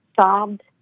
sobbed